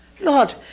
Lord